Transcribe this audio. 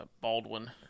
Baldwin